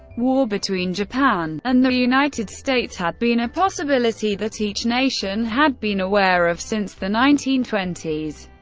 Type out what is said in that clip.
war between japan and the united states had been a possibility that each nation had been aware of since the nineteen twenty s,